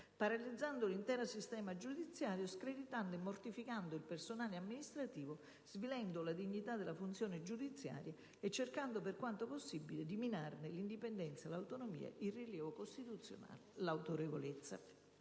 paralizzando l'intero sistema giudiziario, screditando e mortificando il personale amministrativo; svilendo la dignità della funzione giudiziaria e cercando, per quanto possibile, di minarne l'indipendenza, l'autonomia, il rilievo costituzionale, l'autorevolezza.